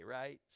right